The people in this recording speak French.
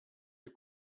les